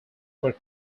were